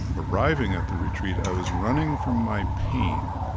arriving at the retreat, i was running from my pain.